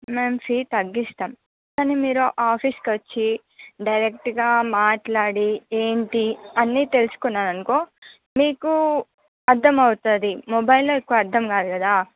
ma'am fee తగ్గిస్తాం కానీ మీరు ఆఫీస్కి వచ్చి డైరెక్ట్గా మాట్లాడి ఏంటి అని తెలుసుకున్నారు అనుకో మీకు అర్థమవుతుంది మొబైల్లో ఎక్కువ అర్థం కాదు కదా